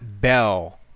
Bell